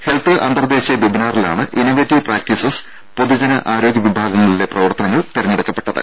health അന്തർദേശീയ വെബിനാറിലാണ് innovative practices പൊതുജന ആരോഗ്യ വിഭാഗങ്ങളിലെ പ്രവർത്തനങ്ങൾ തിരഞ്ഞെടുക്കപ്പെട്ടത്